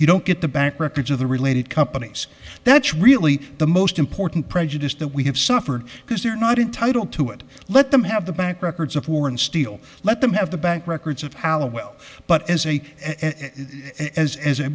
you don't get the bank records of the related companies that's really the most important prejudice that we have suffered because they're not entitled to it let them have the bank records of warren steel let them have the bank records of halliwell but as a as a